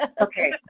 Okay